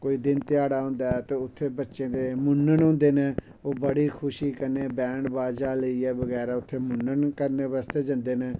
कोई दिन ध्याह्ड़ा होंदा ते उत्थें बच्चें दे मुन्नन होंदे न बड़ी खुशी कन्नै बैंड बाज़ा लेईयै बगैरा मुन्नन करने बास्तै जंदे न